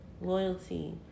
loyalty